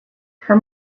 her